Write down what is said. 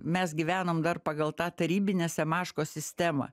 mes gyvenom dar pagal tą tarybinę semaškos sistemą